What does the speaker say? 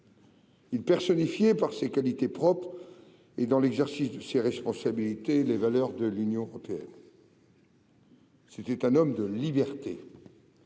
personnifiait, par ses qualités propres et dans l'exercice de ses responsabilités, les valeurs de l'Union européenne. C'était un homme de libertés